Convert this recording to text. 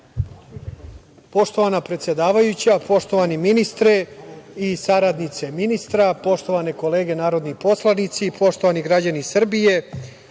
Poštovana predsedavajuća, poštovani ministre i saradnice ministra, poštovane kolege narodni poslanici, poštovani građani Srbije,